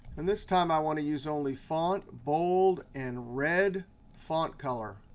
and this time i want to use only font bold and red font color.